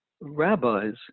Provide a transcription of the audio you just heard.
rabbis